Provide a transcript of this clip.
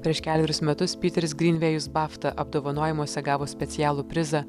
prieš kelerius metus piteris grynvėjus bafta apdovanojimuose gavo specialų prizą